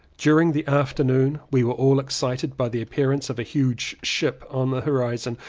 during the afternoon we were all ex cited by the appearance of a huge ship on the horizon.